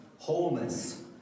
wholeness